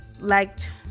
liked